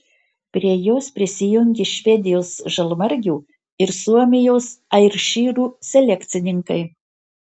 prie jos prisijungė švedijos žalmargių ir suomijos airšyrų selekcininkai